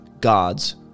God's